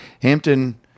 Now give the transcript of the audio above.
Hampton